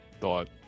thought